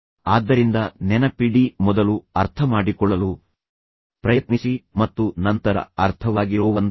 ಆದ್ದರಿಂದ ನೆನಪಿಡಿಃ ಮೊದಲು ಅರ್ಥಮಾಡಿಕೊಳ್ಳಲು ಪ್ರಯತ್ನಿಸಿ ಮತ್ತು ನಂತರ ಅರ್ಥವಾಗಿರೋವಂಥವರು